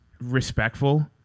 respectful